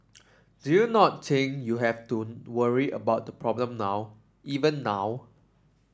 do you not you have worry about the problem now even now